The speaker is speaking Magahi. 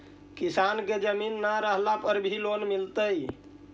किसान के जमीन न रहला पर भी लोन मिलतइ?